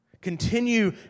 Continue